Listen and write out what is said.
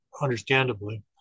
understandably